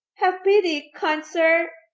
have pity, kind sir!